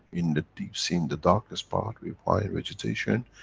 in the deep sea, in the darkest parts, we find vegetation,